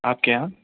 آپ کے یہاں